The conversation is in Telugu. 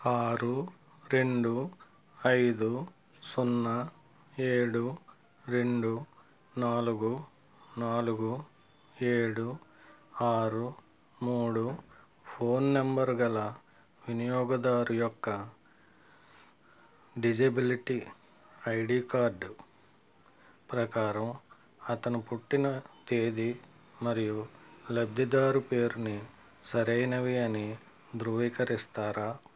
ఆరు రెండు ఐదు సున్నా ఏడు రెండు నాలుగు నాలుగు ఏడు ఆరు మూడు ఫోన్ నంబరు గల వినియోగదారు యొక్క డిజెబిలిటీ ఐడి కార్డు ప్రకారం అతను పుట్టిన తేది మరియు లబ్ధిదారు పేరుని సరైనవి అని ధృవీకరిస్తారా